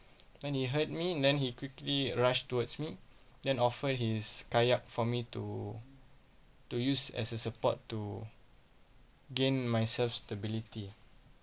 then he heard me then he quickly rushed towards me then offered his kayak for me to to use as a support to gain myself stability